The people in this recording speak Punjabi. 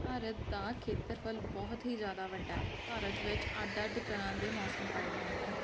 ਭਾਰਤ ਦਾ ਖੇਤਰਫਲ ਬਹੁਤ ਹੀ ਜ਼ਿਆਦਾ ਵੱਡਾ ਹੈ ਭਾਰਤ ਵਿੱਚ ਅੱਡ ਅੱਡ ਤਰ੍ਹਾਂ ਦੇ ਮੌਸਮ ਪਾਏ ਜਾਂਦੇ ਹਨ